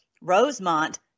Rosemont